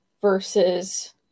versus